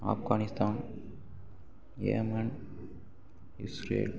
Afghanistan Yemen Israel